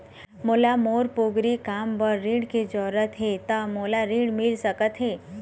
मोला मोर पोगरी काम बर ऋण के जरूरत हे ता मोला ऋण मिल सकत हे?